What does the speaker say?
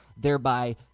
thereby